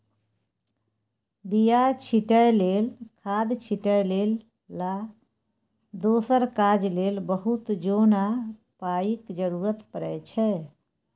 बीया छीटै लेल, खाद छिटै लेल आ दोसर काज लेल बहुत जोन आ पाइक जरुरत परै छै